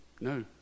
No